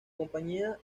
compañía